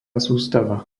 sústava